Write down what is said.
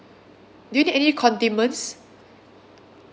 do you need any condiments